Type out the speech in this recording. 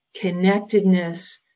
connectedness